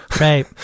Right